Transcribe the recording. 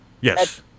Yes